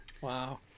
Wow